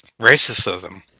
racism